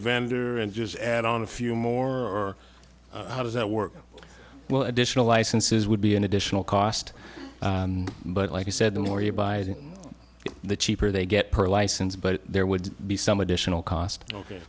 vendor and just add on a few more or how does that work well additional licenses would be an additional cost but like you said the more you buy the cheaper they get per license but there would be some additional cost ok